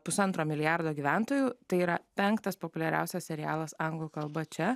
pusantro milijardo gyventojų tai yra penktas populiariausias serialas anglų kalba čia